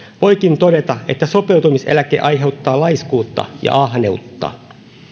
voikin todeta että sopeutumiseläke aiheuttaa laiskuutta ja ahneutta